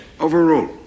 Overruled